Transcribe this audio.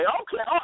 okay